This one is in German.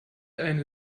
eine